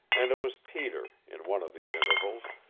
and it was peter, in one of these intervals,